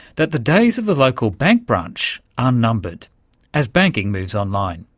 that the days of the local bank branch are numbered as banking moves online.